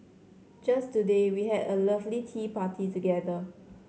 just today we had a lovely tea party together